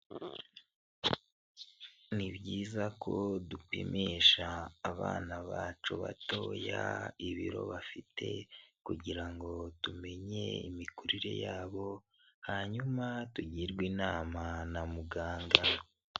Ni byiza ko dupimisha abana bacu batoya ibiro bafite kugira ngo tumenye imikurire yabo, hanyuma tugirwe inama na muganga.